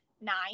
nine